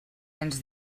ens